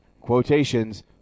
Quotations